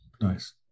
Nice